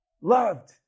loved